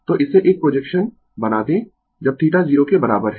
तो इसे एक प्रोजेक्शन बना दें जब θ 0 के बराबर है